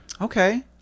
Okay